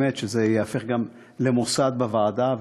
זה באמת ייהפך למוסד בוועדה,